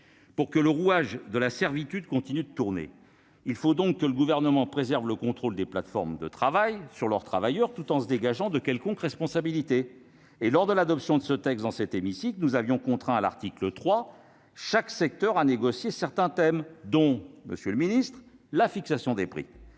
Pour que le rouage de la servitude continue de tourner, il faut donc que le Gouvernement préserve le contrôle des plateformes de travail sur leurs travailleurs, tout en se dégageant d'une quelconque responsabilité. Lors de l'adoption de ce texte en première lecture dans cet hémicycle, nous avions, à l'article 3, contraint chaque secteur à négocier certains thèmes, dont la fixation des prix.